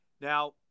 Now